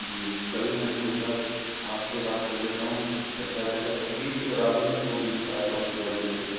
جی تبھی میں نے سوچا آپ سے بات کر لیتا ہوں کیسا رہے گا تکلیف تھی اور رات بھر میں سو بھی نہیں پایا تھا اس کی وجہ سے